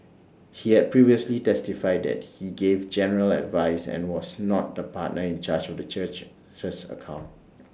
he had previously testified that he gave general advice and was not the partner in charge of the church church's accounts